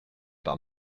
par